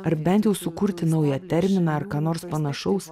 ar bent jau sukurti naują terminą ar ką nors panašaus